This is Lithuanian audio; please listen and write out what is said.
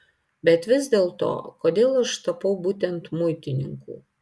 bet vis dėlto kodėl aš tapau būtent muitininku